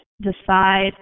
decide